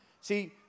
See